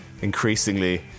increasingly